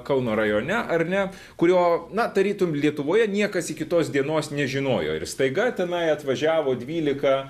kauno rajone ar ne kurio na tarytum lietuvoje niekas iki tos dienos nežinojo ir staiga tenai atvažiavo dvylika